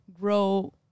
grow